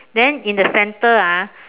then in the center ah